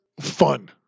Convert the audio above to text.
fun